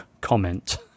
comment